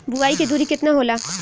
बुआई के दूरी केतना होला?